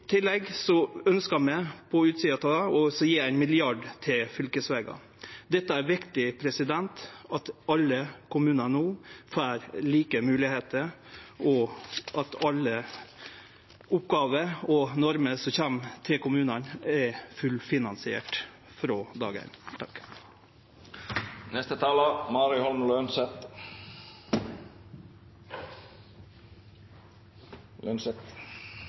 gje 1 mrd. kr til fylkesvegar. Det er viktig at alle kommunar no får like moglegheiter, og at alle oppgåver og normer som kjem til kommunane, er fullfinansierte frå dag